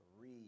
read